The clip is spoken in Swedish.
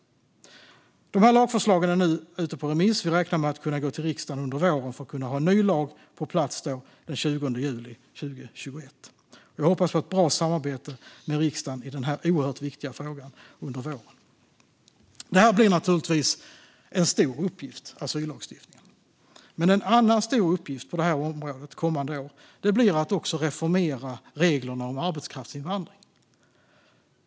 De här lagförslagen är ute på remiss. Vi räknar med att under våren komma till riksdagen med förslaget, för att kunna ha en ny lag på plats den 20 juli 2021. Jag hoppas på ett bra samarbete med riksdagen i denna oerhört viktiga fråga under våren. Asyllagstiftningen blir en stor uppgift. Men en annan stor uppgift på området kommande år blir att också reformera reglerna för arbetskraftsinvandring.